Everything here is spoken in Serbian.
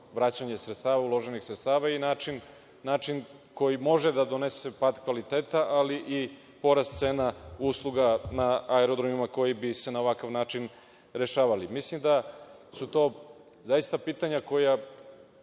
vraćanje sredstava, uloženih sredstava i način koji može da donese pad kvaliteta, ali i porast cena usluga na aerodroma koji bi se na ovakav način rešavali. Mislim da su to zaista pitanja koja